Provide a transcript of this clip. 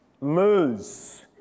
Lose